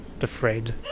afraid